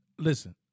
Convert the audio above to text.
Listen